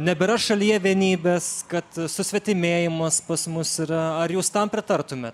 nebėra šalyje vienybės kad susvetimėjimas pas mus yra ar jūs tam pritartume